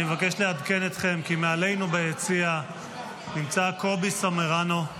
אני מבקש לעדכן אתכם כי מעלינו ביציע נמצא קובי סמרנו.